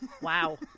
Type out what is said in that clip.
Wow